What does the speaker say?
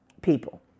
people